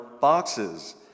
boxes